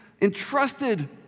entrusted